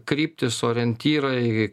kryptys orientyrai